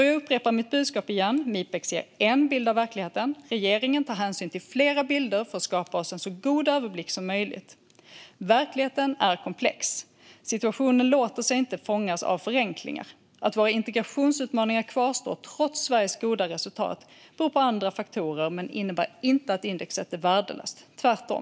Jag upprepar därför mitt budskap: Mipex ger en bild av verkligheten. Regeringen tar hänsyn till flera bilder för att skapa sig en så god överblick som möjligt. Verkligheten är komplex. Situationen låter sig inte fångas av förenklingar. Att våra integrationsutmaningar kvarstår trots Sveriges goda resultat beror på andra faktorer, men det innebär inte att indexet är värdelöst - tvärtom.